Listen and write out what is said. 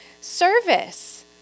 service